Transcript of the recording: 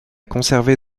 conservé